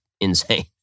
insane